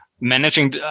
managing